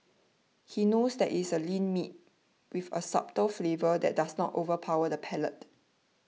he knows that it's a lean meat with a subtle flavour that does not overpower the palate